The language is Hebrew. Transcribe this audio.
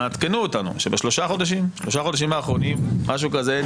נא עדכנו אותנו שבשלושה חודשים אחרונים נאספו